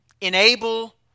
enable